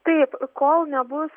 taip kol nebus